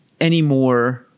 anymore